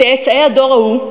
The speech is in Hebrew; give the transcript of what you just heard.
צאצאי הדור ההוא,